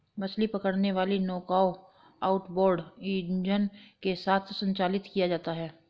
मछली पकड़ने वाली नौकाओं आउटबोर्ड इंजन के साथ संचालित किया जाता है